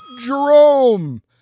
Jerome